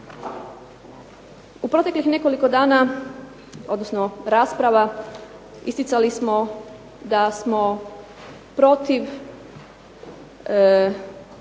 U proteklih nekoliko rasprava isticali smo da smo protiv